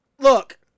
Look